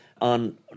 on